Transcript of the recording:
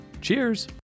Cheers